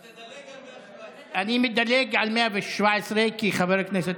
אז תדלג על 117. אני מדלג על 117, בגלל חבר הכנסת.